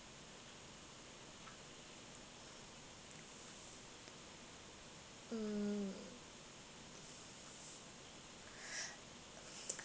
mm